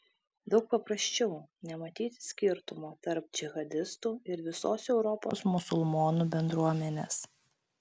daug paprasčiau nematyti skirtumo tarp džihadistų ir visos europos musulmonų bendruomenės